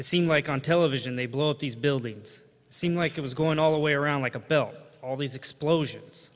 it seemed like on television they blow up these buildings seem like it was going all the way around like a belt all these explosions